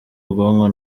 ubwonko